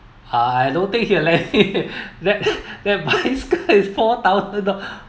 I don't think he will lend you that that bicycle is four thousand dollar